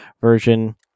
version